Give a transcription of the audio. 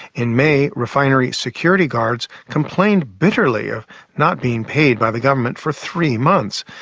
in may, refinery security guards complained bitterly of not being paid by the government for three months.